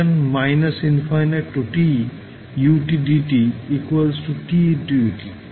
চিত্রে দেখানো হয়েছে সমাকলন করলে ইউনিট র্যাম্প ফাংশন পাওয়া যায়